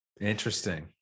interesting